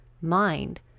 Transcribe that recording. mind